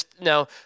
Now